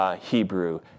Hebrew